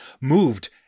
moved